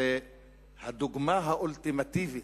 זו הדוגמה האולטימטיבית,